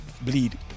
bleed